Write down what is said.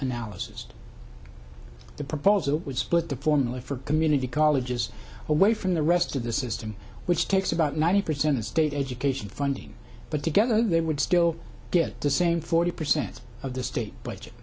analysis the proposal would split the formula for community colleges away from the rest of the system which takes about ninety percent of state education funding but together they would still get the same forty percent of the state budget